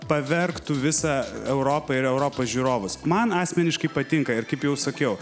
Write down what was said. pavergtų visą europą ir europos žiūrovus man asmeniškai patinka ir kaip jau sakiau